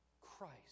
Christ